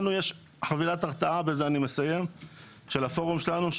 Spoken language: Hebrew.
לנו יש חבילת הרתעה של הפורום שלנו,